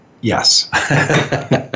Yes